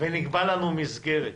ונקבע לנו מסגרת.